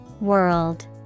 World